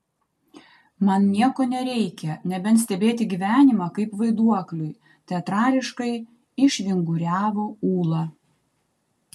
man nieko nereikia nebent stebėti gyvenimą kaip vaiduokliui teatrališkai išvinguriavo ūla